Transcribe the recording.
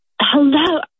Hello